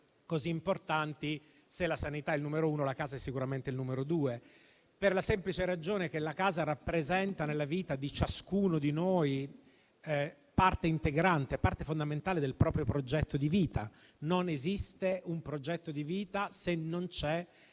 così importanti, se la sanità è il numero uno, la casa è sicuramente il numero due, per la semplice ragione che rappresenta nella vita di ciascuno di noi parte integrante e fondamentale del proprio progetto di vita. Non esiste un progetto di vita, se non ci